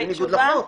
בניגוד לחוק,